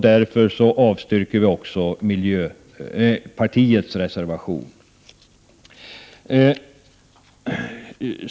Därför avstyrker vi också miljöpartiets reservation.